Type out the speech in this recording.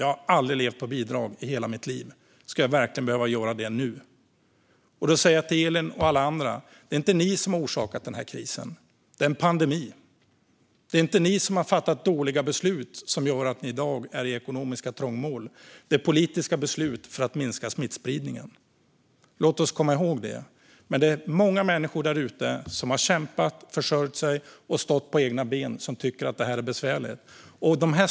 Jag har aldrig levt på bidrag i hela mitt liv, ska jag verkligen behöva göra det nu? Jag säger till Elin och till alla andra: Det är inte ni som har orsakat den här krisen. Det är en pandemi. Det är inte ni som har fattat dåliga beslut som gör att ni i dag är i ekonomiskt trångmål. Det är politiska beslut för att minska smittspridningen. Låt oss komma ihåg det! Det är många människor där ute som har kämpat, försörjt sig och stått på egna ben och som tycker att det här är besvärligt.